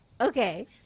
Okay